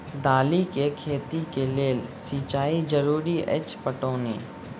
दालि केँ खेती केँ लेल सिंचाई जरूरी अछि पटौनी?